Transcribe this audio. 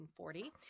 1940